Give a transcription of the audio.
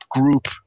group